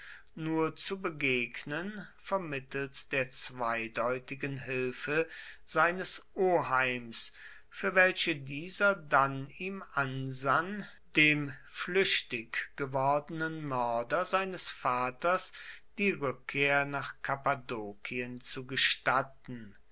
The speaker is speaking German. nur zu begegnen vermittels der zweideutigen hilfe seines oheims für welche dieser dann ihm ansann dem flüchtig gewordenen mörder seines vaters die rückkehr nach kappadokien zu gestatten